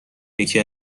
یکی